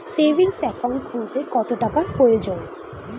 Savings account খুলতে কত টাকার প্রয়োজন?